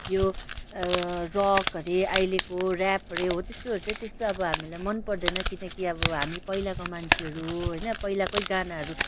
यो रक अरे अहिलेको र्याप अरे हो त्यस्तोहरू चाहिँ त्यस्तो अब हामीलाई मन पर्दैन किनकि अब हामी पहिलाको मान्छेहरू होइन पहिलाकै गानाहरू